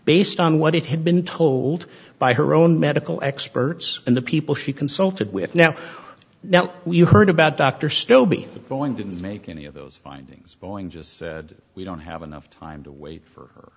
based on what it had been told by her own medical experts and the people she consulted with now now we heard about dr stow being a boeing didn't make any of those findings going just said we don't have enough time to wait for